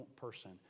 person